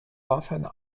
often